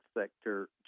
sector